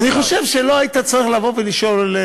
אני חושב שלא היית צריך לבוא ולשאול.